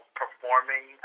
performing